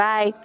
Bye